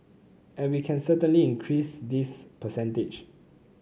and we can certainly increase this percentage